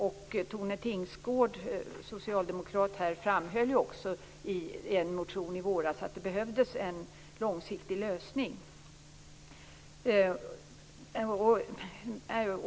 Socialdemokraten Tone Tingsgård framhöll också i en motion i våras att det behövdes en långsiktig lösning.